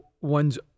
ones